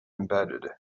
embedded